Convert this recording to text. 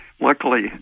Luckily